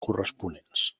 corresponents